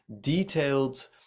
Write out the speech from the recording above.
detailed